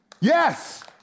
Yes